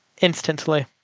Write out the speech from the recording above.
instantly